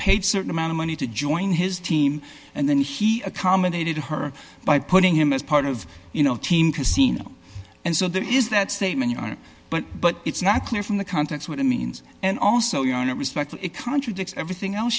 paid certain amount of money to join his team and then he accommodated her by putting him as part of you know team casino and so there is that statement but but it's not clear from the context what it means and also you don't respect it contradicts everything else